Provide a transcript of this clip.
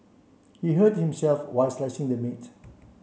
he hurt himself while slicing the meat